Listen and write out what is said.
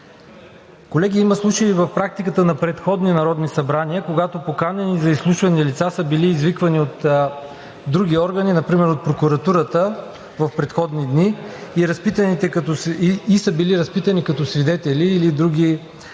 Колеги, има случаи в практиката на предходни народни събрания, когато поканени за изслушване лица са били извикани от други органи, например от прокуратурата в предходни дни, са били разпитани като свидетели или в други